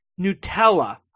nutella